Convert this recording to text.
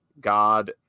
god